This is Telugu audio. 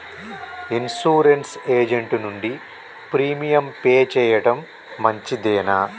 ఇన్సూరెన్స్ ఏజెంట్ నుండి ప్రీమియం పే చేయడం మంచిదేనా?